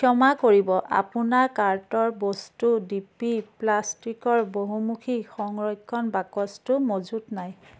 ক্ষমা কৰিব আপোনাৰ কাৰ্টৰ বস্তু ডি পি প্লাষ্টিকৰ বহুমুখী সংৰক্ষণ বাকচটো মজুত নাই